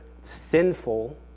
sinful